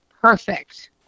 perfect